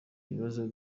ibibazo